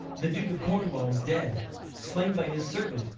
the duke of cornwall's dead slain by his servant,